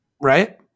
right